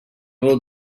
will